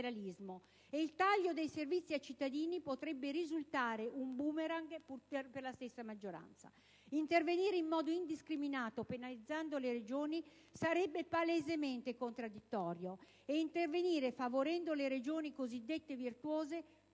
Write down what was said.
il taglio dei servizi ai cittadini potrebbe risultare un *boomerang* per la stessa maggioranza. Intervenire in modo indiscriminato penalizzando le Regioni sarebbe palesemente contraddittorio. E intervenire favorendo le Regioni cosiddette virtuose